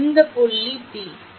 இந்த புள்ளி P இந்த புள்ளி P